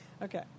Okay